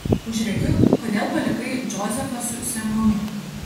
užrėkiu kodėl palikai džozefą su semionu